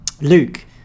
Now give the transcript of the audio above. Luke